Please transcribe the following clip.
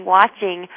watching